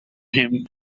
him